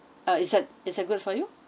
uh it's that it's that good for you